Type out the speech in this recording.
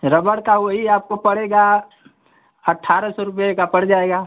रबड़ का वही आपको पड़ेगा अट्ठारह सौ रुपये का पड़ जाएगा